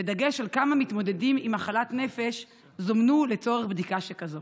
בדגש על כמה מתמודדים עם מחלת נפש זומנו לצורך בדיקה שכזאת?